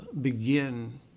begin